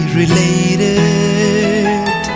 related